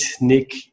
Nick